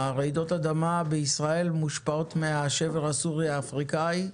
רעידות אדמה בישראל מושפעות מהשבר הסורי-אפריקאי,